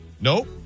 Nope